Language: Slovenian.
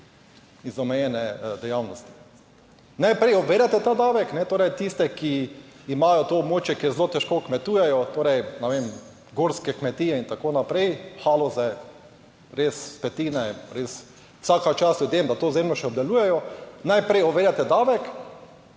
iz omejene dejavnosti. Najprej uvedete ta davek, torej tiste, ki imajo to območje, kjer zelo težko kmetujejo, torej ne vem, gorske kmetije in tako naprej, Haloze, res petine, res vsaka čast ljudem, da to zemljo še obdelujejo, najprej uvedete davek,